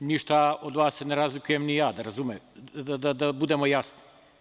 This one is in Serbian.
Ništa od vas se ne razlikujem ni ja, da budemo jasni.